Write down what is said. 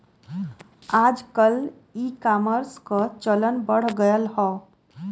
आजकल ईकामर्स क चलन बढ़ गयल हौ